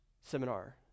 Seminar